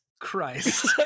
Christ